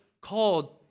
called